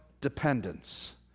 dependence